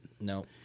No